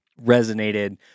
resonated